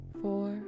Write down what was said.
four